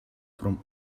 from